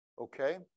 okay